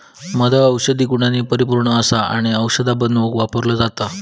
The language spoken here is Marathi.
मध औषधी गुणांनी परिपुर्ण असा आणि औषधा बनवुक वापरलो जाता